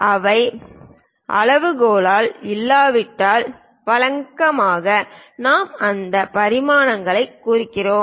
அவை அளவுகோலாக இல்லாவிட்டால் வழக்கமாக நாங்கள் அந்த பரிமாணங்களைக் குறிக்கிறோம்